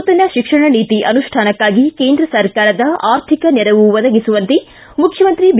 ನೂತನ ಶಿಕ್ಷಣ ನೀತಿ ಅನುಷ್ಠಾನಕಾಗಿ ಕೇಂದ್ರ ಸರ್ಕಾರದ ಆರ್ಥಿಕ ನೆರವು ಒದಗಿಸುವಂತೆ ಮುಖ್ಯಮಂತ್ರಿ ಬಿ